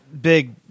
Big